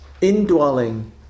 indwelling